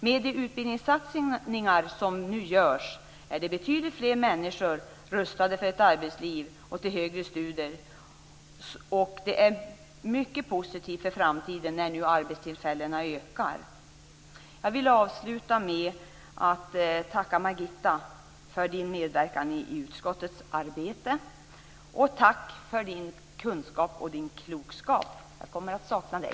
Med de utbildningssatsningar som nu görs är betydligt fler människor rustade för ett arbetsliv och till högre studier. Det är mycket positivt för framtiden när nu arbetstillfällena ökar. Jag vill avsluta med att tacka dig Margitta Edgren för din medverkan i utskottsarbetet. Tack för din kunskap och din klokskap! Jag kommer att sakna dig.